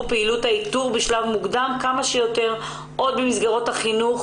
פעילות האיתור בשלב מוקדם - במסגרות החינוך